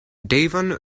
devon